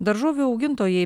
daržovių augintojai